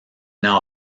now